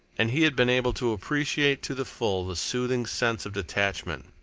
and he had been able to appreciate to the full the soothing sense of detachment,